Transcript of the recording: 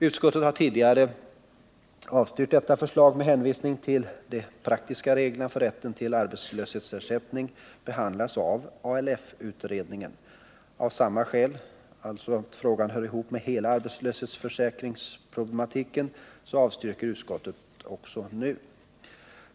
Utskottet har tidigare avstyrkt detta förslag med hänvisning till att de praktiska reglerna för rätten till arbetslöshetsersättning behandlas av ALF-utredningen. Av samma skäl — alltså att frågan hör ihop med hela arbetslöshetsförsäkringsproblematiken avstyrker utskottet även nu.